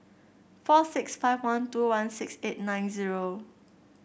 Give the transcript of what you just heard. four six five one two one six eight nine zero